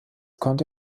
konnte